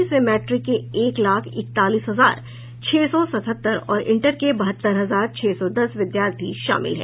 इसमें मैट्रिक के एक लाख इकतालीस हजार छह सौ सतहत्तर और इंटर के बहत्तर हजार छह सौ दस विद्यार्थी शामिल हैं